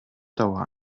dauer